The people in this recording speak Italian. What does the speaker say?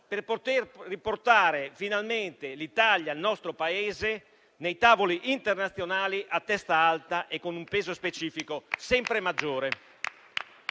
per poter riportare finalmente l'Italia nei tavoli internazionali a testa alta e con un peso specifico sempre maggiore.